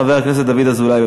חבר הכנסת דוד אזולאי.